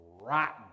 rotten